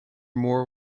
more